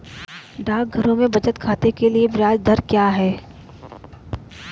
डाकघरों में बचत खाते के लिए ब्याज दर क्या है?